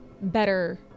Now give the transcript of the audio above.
better